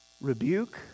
rebuke